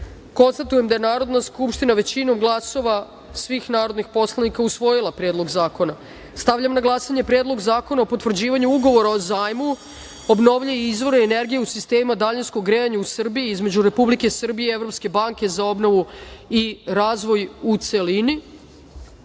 poslanika. Konstatujem da je Narodna skupština, većinom glasova svih narodnih poslanika, usvojila Predlog zakona. Stavljam na glasanje Predlog zakona o potvrđivanju Ugovora o zajmu Obnovljivi izvora energije u sistemima daljinskog grejanja u Srbiji između Republike Srbije i Evropske banke za obnovu i razvoj, u